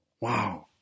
Wow